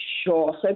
Sure